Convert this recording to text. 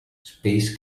space